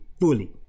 fully